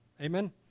Amen